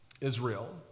Israel